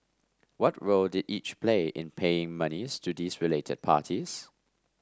what role did each play in paying monies to these related parties